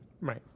right